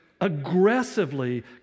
aggressively